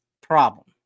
problem